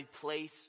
place